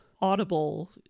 audible